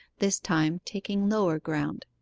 this time taking lower ground.